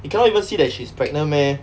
he cannot even see that she's pregnant meh